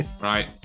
right